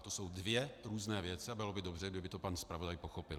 To jsou dvě různé věci a bylo by dobře, kdyby to pan zpravodaj pochopil.